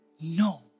No